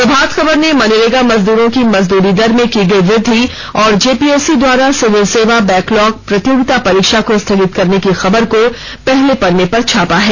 प्रभात खबर ने मनरेगा मजदूरों की मजदूरी दर में की गई वृद्धि और जेपीएससी द्वारा सिविल सेवा बैकलॉक प्रतियोगिता परीक्षा को स्थगित करने की खबर को पहले पन्ने पर छापा है